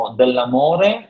dell'amore